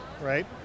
right